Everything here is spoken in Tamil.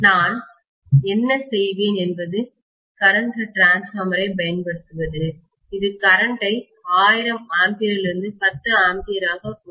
நான் என்ன செய்வேன் என்பது கரண்ட் டிரான்ஸ்பார்மர் ஐப் பயன்படுத்துவது இது கரண்ட் ஐ 1000 ஆம்பியரிலிருந்து 10 ஆம்பியராகக் குறைக்கும்